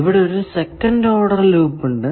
ഇവിടെ ഒരു second order loop ഉണ്ട്